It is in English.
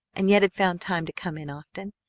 and yet had found time to come in often.